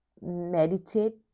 meditate